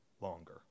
longer